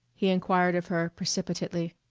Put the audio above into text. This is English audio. he inquired of her precipitately.